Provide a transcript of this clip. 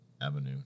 avenue